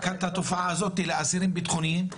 רק את התופעה הזאתי לאסירים ביטחוניים,